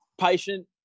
patient